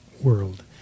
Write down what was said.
world